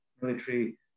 military